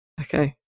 Okay